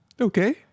Okay